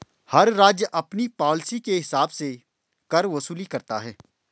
हर राज्य अपनी पॉलिसी के हिसाब से कर वसूली करता है